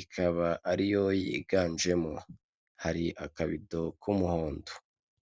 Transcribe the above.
ikaba ari yo yiganjemo, hari akabido k'umuhondo.